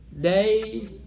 day